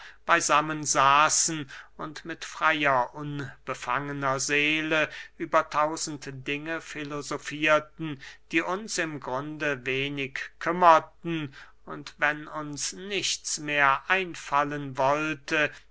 beysammen saßen und mit freyer unbefangener seele über tausend dinge filosofierten die uns im grunde wenig kümmerten und wenn uns nichts mehr einfallen wollte